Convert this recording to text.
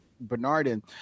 Bernardin